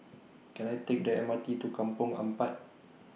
Can I Take The M R T to Kampong Ampat